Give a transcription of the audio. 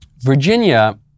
Virginia